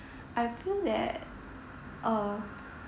I feel that uh